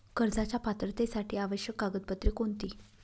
कर्जाच्या पात्रतेसाठी आवश्यक कागदपत्रे कोणती?